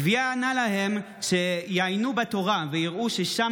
גביהא ענה להם שיעיינו בתורה ויראו ששם